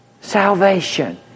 salvation